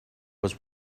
was